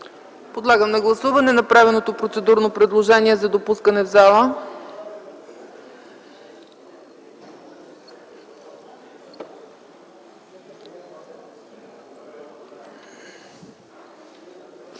Подлагам на гласуване направеното процедурно предложение за допускане в залата.